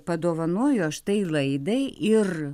padovanojo štai laidai ir